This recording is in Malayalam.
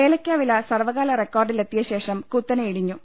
ഏലക്കാ വില സർവ്വകാല റെക്കോർഡിലെത്തിയ ശേഷം കുത്തനെ ഇടിഞ്ഞു